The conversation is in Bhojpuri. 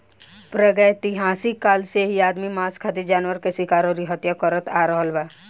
प्रागैतिहासिक काल से ही आदमी मांस खातिर जानवर के शिकार अउरी हत्या करत आ रहल बा